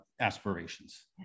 aspirations